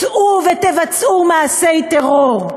צאו ותבצעו מעשי טרור,